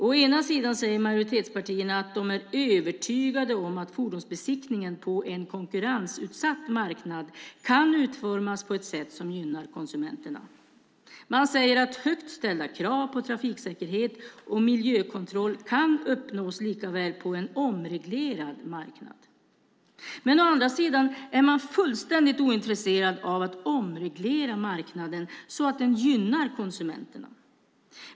Å ena sidan säger majoritetspartierna att de är övertygade om att fordonsbesiktningen på en konkurrensutsatt marknad kan utformas på ett sätt som gynnar konsumenterna. Man säger att högt ställda krav på trafiksäkerhet och miljökontroll kan uppnås lika väl på en omreglerad marknad. Å andra sidan är man fullständigt ointresserad av att omreglera marknaden så att den gynnar konsumenterna.